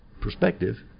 perspective